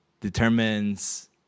determines